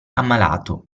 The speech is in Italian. ammalato